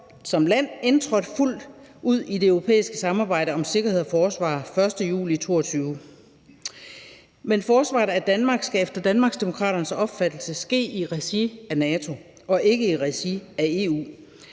som land indtrådt fuldt ud i det europæiske samarbejde om sikkerhed og forsvar fra den 1. juni 2022. Men forsvaret af Danmark skal efter Danmarksdemokraternes opfattelse ske i regi af NATO og ikke i regi af EU.